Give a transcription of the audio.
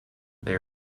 they